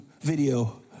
video